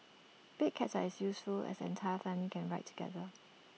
big cabs are useful as the entire family can ride together